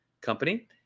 company